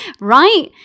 Right